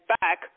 back